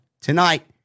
tonight